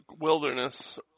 wilderness